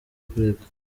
kurega